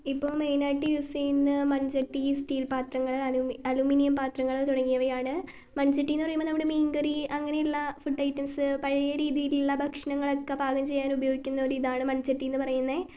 ഇപ്പം മെയിനായിട്ട് യൂസ് ചെയ്യുന്ന മൺചട്ടി സ്റ്റീൽപ്പാത്രങ്ങൾ അലുമിനിയം പാത്രങ്ങൾ തുടങ്ങിയവയാണ് മൺചട്ടിയെന്നു പറയുമ്പോൾ നമ്മുടെ മീൻകറി അങ്ങനെയുള്ള ഫുഡ് ഐറ്റംസ് പഴയ രീതിയിലുള്ള ഭക്ഷണങ്ങളൊക്കെ പാകം ചെയ്യാൻ ഉപയോഗിക്കുന്ന ഒരിതാണ് മൺചട്ടിയെന്ന് പറയുന്നത്